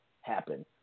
happen